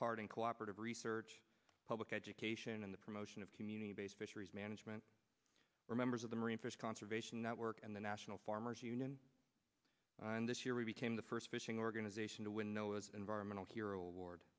part in cooperative research public education and the promotion of community based fisheries management were members of the marine corps conservation network and the national farmers union and this year we became the first fishing organization to win noah's environmental hero award